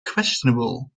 questionable